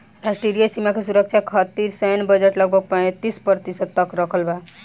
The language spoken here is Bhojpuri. राष्ट्रीय सीमा के सुरक्षा खतिर सैन्य बजट लगभग पैंतीस प्रतिशत तक रखल बा